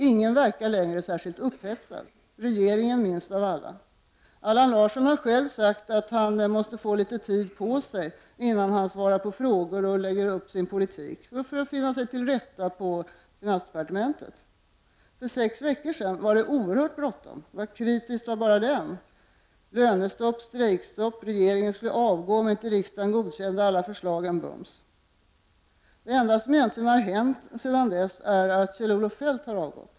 Ingen verkar längre vara särskilt upphetsad, regeringen minst av alla. Allan Larsson har själv sagt att han måste få litet tid på sig, innan han svarar på frågor och lägger upp sin politik, för att finna sig till rätta på finansdepartementet. För sex veckor sedan var det oerhört kritiskt och bråttom. Lönestopp, strejkstopp, regeringen skulle avgå om riksdagen inte godkände förslagen bums. Det enda som egentligen har hänt sedan dess är att Kjell-Olof Feldt har avgått.